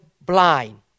blind